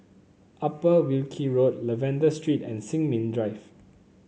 Upper Wilkie Road Lavender Street and Sin Ming Drive